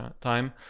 time